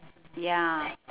ya